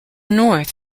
north